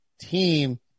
team